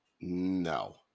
no